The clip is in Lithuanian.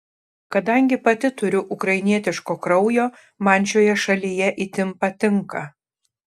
kadangi pati turiu ukrainietiško kraujo man šioje šalyje itin patinka